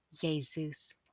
Jesus